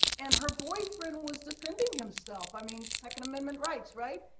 and her boyfriend was defending himself. i mean second amendment rights, right?